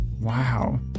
Wow